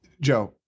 Joe